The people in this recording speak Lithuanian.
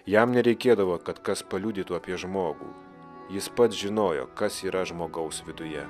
jam nereikėdavo kad kas paliudytų apie žmogų jis pats žinojo kas yra žmogaus viduje